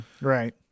right